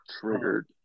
Triggered